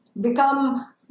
become